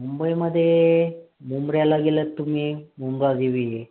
मुंबईमध्ये मुंब्र्याला गेलात तुम्ही मुंबादेवी आहे